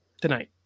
tonight